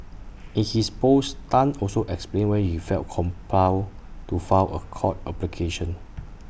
in his post Tan also explained why he felt compelled to file A court application